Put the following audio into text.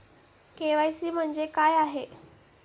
KYC म्हणजे काय आहे?